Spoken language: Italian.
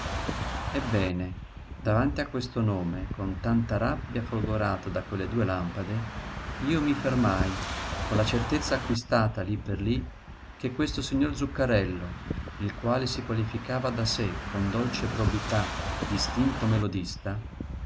ebbene davanti a questo nome con tanta rabbia folgorato da quelle due lampade io mi fermai con la certezza acquistata lí per lí che questo signor zuccarello il quale si qualificava da sé con dolce probità distinto melodista doveva